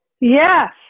Yes